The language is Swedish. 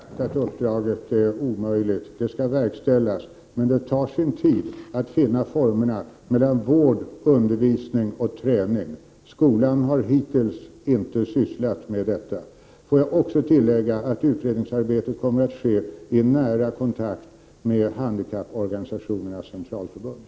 Herr talman! Jag har inte sagt att uppdraget är omöjligt. Det skall verkställas, men det tar sin tid att finna formerna för en samverkan mellan vård, undervisning och träning. Skolan har hittills inte sysslat med detta. Låt mig också tillägga att utredningsarbetet kommer att ske i nära kontakt med Handikappförbundens Centralkommitté.